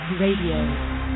Radio